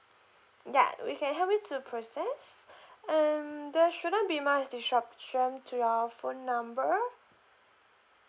ya we can help you to process and there shouldn't be much disruption to your phone number